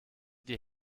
die